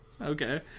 Okay